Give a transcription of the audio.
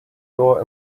door